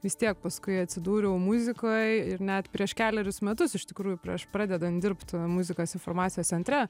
vis tiek paskui atsidūriau muzikoj ir net prieš kelerius metus iš tikrųjų prieš pradedant dirbt muzikos informacijos centre